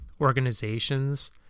organizations